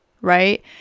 right